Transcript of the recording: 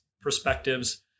perspectives